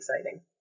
exciting